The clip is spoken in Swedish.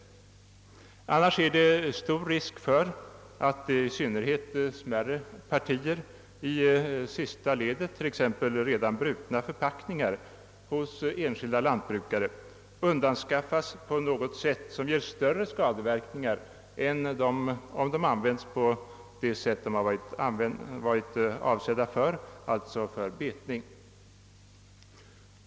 Annars är det stor risk för att i synnerhet smärre partier i sista ledet, t.ex. redan brutna förpackningar hos enskilda lantbrukare, undanskaffas på ett sätt som medför större skadeverkningar än om de använts för avsett ändamål, d.v.s. för betning.